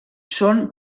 són